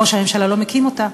ראש הממשלה לא מקים אותה.